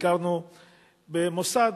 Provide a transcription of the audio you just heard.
ביקרנו במוסד,